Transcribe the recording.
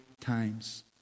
times